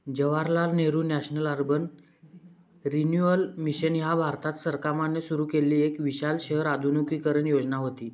Jawaharlal Nehru national urban renewal mission ह्या भारत सरकारान सुरू केलेली एक विशाल शहर आधुनिकीकरण योजना व्हती